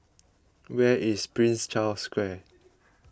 where is Prince Charles Square